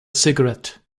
cigarette